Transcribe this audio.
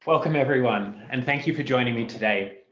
welcome, everyone, and thank you for joining me today.